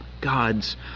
God's